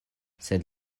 sed